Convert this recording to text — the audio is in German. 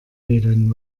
wählen